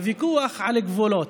הוויכוח הוא על גבולות.